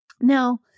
Now